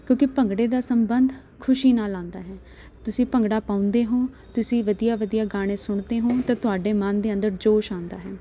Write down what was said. ਕਿਉਂਕਿ ਭੰਗੜੇ ਦਾ ਸੰਬੰਧ ਖੁਸ਼ੀ ਨਾਲ ਆਉਂਦਾ ਹੈ ਤੁਸੀਂ ਭੰਗੜਾ ਪਾਉਂਦੇ ਹੋ ਤੁਸੀਂ ਵਧੀਆ ਵਧੀਆ ਗਾਣੇ ਸੁਣਦੇ ਹੋ ਅਤੇ ਤੁਹਾਡੇ ਮਨ ਦੇ ਅੰਦਰ ਜੋਸ਼ ਆਉਂਦਾ ਹੈ